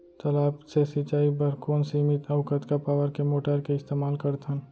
तालाब से सिंचाई बर कोन सीमित अऊ कतका पावर के मोटर के इस्तेमाल करथन?